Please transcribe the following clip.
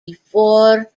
before